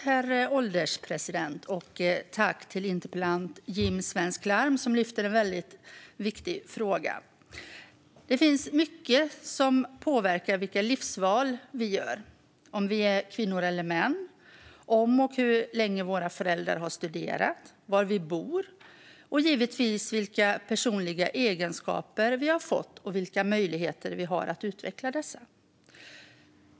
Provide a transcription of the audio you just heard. Herr ålderspresident! Tack till interpellanten Jim Svensk Larm, som lyfter en viktig fråga! Det finns mycket som påverkar vilka livsval vi gör - om vi är kvinnor eller män, om och hur länge våra föräldrar har studerat, var vi bor och givetvis vilka personliga egenskaper vi har fått och vilka möjligheter vi har att utveckla dessa.